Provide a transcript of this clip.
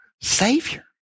Savior